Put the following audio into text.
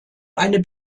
eine